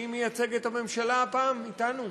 מי מייצג את הממשלה הפעם, אתנו?